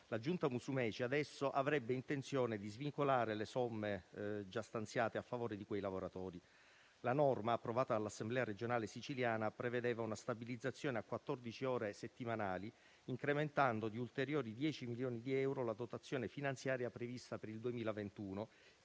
2021 Musumeci avrebbe adesso intenzione di svincolare le somme già stanziate a favore di quei lavoratori. La norma approvata dall’Assemblea regionale siciliana prevedeva una stabilizzazione a quattordici ore settimanali, incrementando di ulteriori 10 milioni di euro la dotazione finanziaria prevista per il 2021